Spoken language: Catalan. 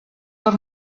per